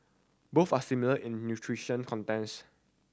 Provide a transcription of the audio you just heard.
both are similar in nutrition contents